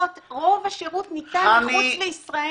נופל כל פעם מחדש.